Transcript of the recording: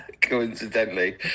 Coincidentally